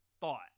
Thought